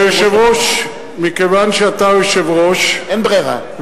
היושב-ראש, מכיוון שאתה היושב-ראש, אין ברירה.